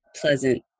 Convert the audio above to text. pleasant